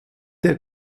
der